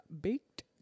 baked